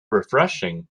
refreshing